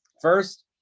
first